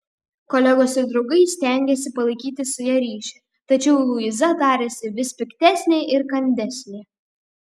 kolegos ir draugai stengėsi palaikyti su ja ryšį tačiau luiza darėsi vis piktesnė ir kandesnė